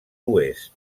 oest